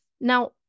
Now